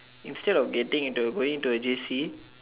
instead of getting into going into a J_C